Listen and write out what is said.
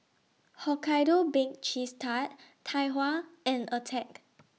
Hokkaido Baked Cheese Tart Tai Hua and Attack